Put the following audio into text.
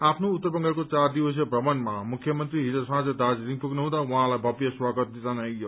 आफ्नो उत्तर बंगालको घार दिवसीय प्रमणमा मुख्यमन्त्री हिज साँम दार्जीलङ पुग्नु हुँदा उहाँलाई भव्य स्वागत जनाइयो